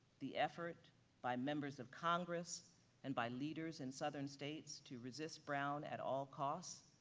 the effort by members of congress and by leaders in southern states to resist brown at all costs.